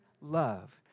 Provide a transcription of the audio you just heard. love